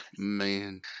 Man